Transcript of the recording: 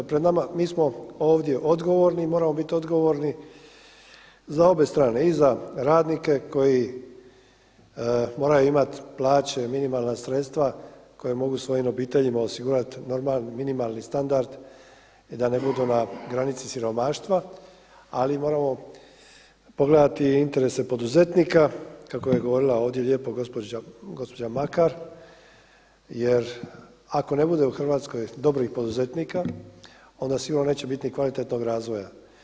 Pred nama, mi smo ovdje odgovorni i moramo biti odgovorni za obje strane i za radnike koji moraju imati plaće, minimalna sredstva koja mogu svojim obiteljima osigurati normalni, minimalni standard i da ne budu na granici siromaštva ali i moramo pogledati i interese poduzetnika kako je govorila ovdje lijepo gospođa Makar jer ako ne bude u Hrvatskoj dobrih poduzetnika onda sigurno neće biti ni kvalitetnog razvoja.